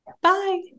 bye